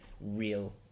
real